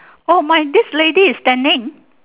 orh mine this lady is standing